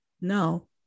no